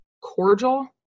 cordial